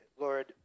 Lord